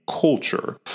culture